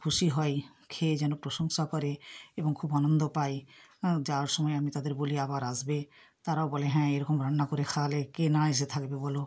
খুশি হয় খেয়ে যেন প্রশংসা করে এবং খুব আনন্দ পায় যাওয়ার সময় আমি তাদের বলি আবার আসবে তারাও বলে হ্যাঁ এরকম রান্না করে খাওয়ালে কে না এসে থাকবে বলো